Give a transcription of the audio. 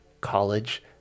college